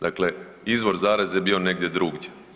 Dakle, izvor zaraze je bio negdje drugdje.